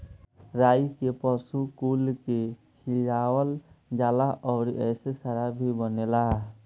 राई के पशु कुल के खियावल जाला अउरी एसे शराब भी बनेला